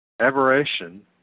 aberration